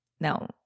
no